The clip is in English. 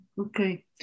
Okay